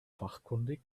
fachkundig